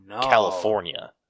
California